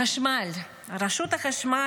חשמל רשות החשמל